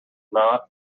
not